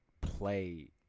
play